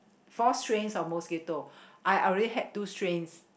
four strains of mosquito I already had two strains